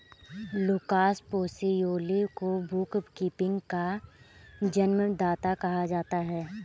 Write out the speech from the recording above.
Lucas Pacioli को bookkeeping का जन्मदाता कहा जाता है